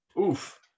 Oof